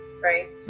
right